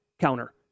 counter